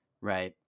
right